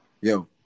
yo